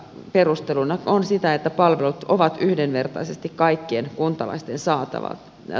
perusteluna on se että palvelut ovat yhdenvertaisesti kaikkien kuntalaisten saatavilla